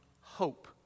hope